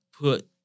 put